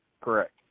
Correct